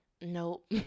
Nope